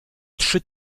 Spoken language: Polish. trzy